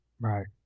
Right